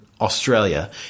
australia